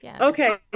Okay